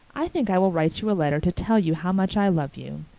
i think i will write you a letter to tell you how much i love you.